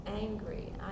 angry